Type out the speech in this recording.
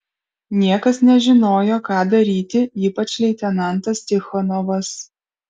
niekas nežinojo ką daryti ypač leitenantas tichonovas